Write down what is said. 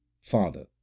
father